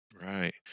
Right